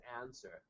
answer